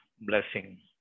blessing